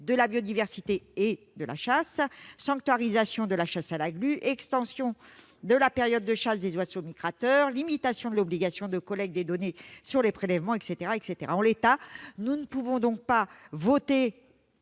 de la biodiversité et de la chasse, sanctuarisation de la chasse à la glu, extension de la période de chasse des oiseaux migrateurs, limitation de l'obligation de collecte des données sur les prélèvements- entre autres mesures. Nous ne pouvons donc pas voter